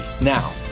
Now